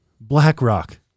BlackRock